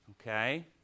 okay